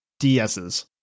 DS's